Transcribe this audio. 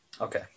Okay